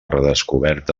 redescoberta